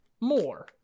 more